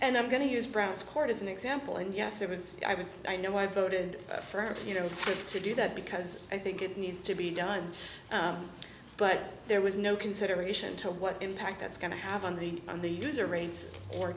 and i'm going to use browns court as an example and yes it was i was i know i voted for you know to do that because i think it needs to be done but there was no consideration to what impact that's going to have on the on the user rates or